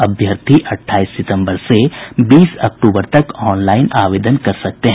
अभ्यर्थी अटठाईस सितंबर से बीस अक्टूबर तक ऑनलाइन आवेदन कर सकते हैं